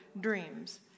dreams